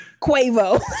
Quavo